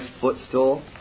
footstool